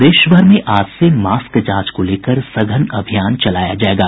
प्रदेशभर में आज से मास्क जांच को लेकर सघन अभियान चलाया जायेगा